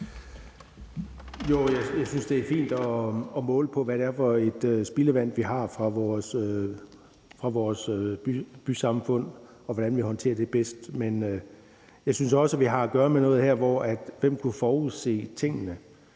Jo, jeg synes, det er fint at måle på, hvad det er for noget spildevand, vi har fra vores bysamfund, og hvordan vi håndterer det bedst. Men jeg synes også, vi har at gøre med noget her, hvor man må spørge: